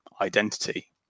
identity